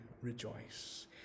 rejoice